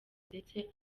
ndetse